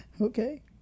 Okay